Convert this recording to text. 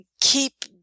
keep